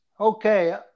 Okay